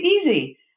easy